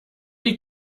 die